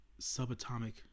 subatomic